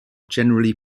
generally